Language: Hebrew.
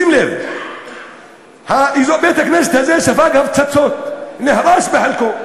שים לב, בית-הכנסת ספג הפצצות ונהרס בחלקו,